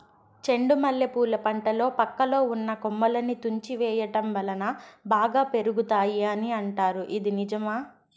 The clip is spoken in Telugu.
చెండు మల్లె పూల పంటలో పక్కలో ఉన్న కొమ్మలని తుంచి వేయటం వలన బాగా పెరుగుతాయి అని అంటారు ఇది నిజమా?